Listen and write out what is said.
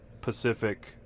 Pacific